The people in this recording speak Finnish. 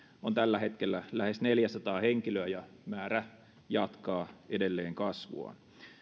on tällä hetkellä lähes neljäsataa henkilöä ja määrä jatkaa edelleen kasvuaan